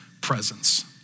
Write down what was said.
presence